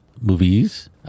movies